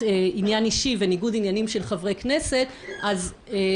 טענה שאני מוכן להניח לטובת חבר הכנסת כץ כי